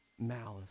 malice